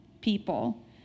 people